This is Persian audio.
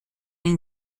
این